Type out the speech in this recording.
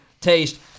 Taste